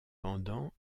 pendant